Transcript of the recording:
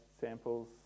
samples